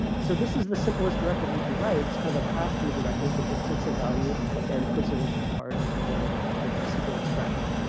so this is the simplest directive you can write. it's kind of a pass-through directive that just takes a value and puts it into the part like you would have with a simple expression.